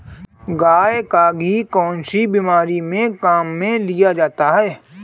गाय का घी कौनसी बीमारी में काम में लिया जाता है?